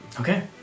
okay